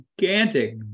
gigantic